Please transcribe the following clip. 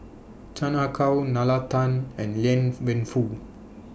Chan Ah Kow Nalla Tan and Liang Wenfu